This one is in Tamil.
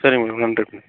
சரிங்க மேடம் நன்றி